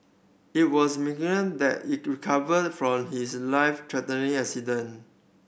it was that he recovered from his life threatening accident